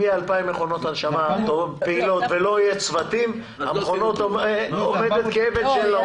אם לא יהיה צוותים המכונות תעמודנה כאבן שאין לה